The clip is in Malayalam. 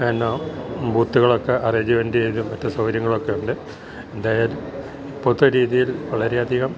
എന്ന ബൂത്ത്കളൊക്കെ അറേയ്ഞ്ച്മെൻ്റ് ചെയ്ത് മറ്റ് സൗകര്യങ്ങളൊക്കെ ഉണ്ട് എന്തായാലും ഇപ്പോഴത്തെ രീതിയിൽ വളരെ അധികം